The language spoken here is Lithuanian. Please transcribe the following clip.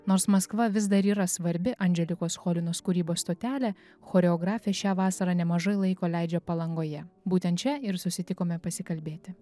nors maskva vis dar yra svarbi andželikos cholinos kūrybos stotelė choreografė šią vasarą nemažai laiko leidžia palangoje būtent čia ir susitikome pasikalbėti